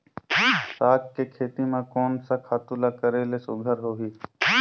साग के खेती म कोन स खातु ल करेले सुघ्घर होही?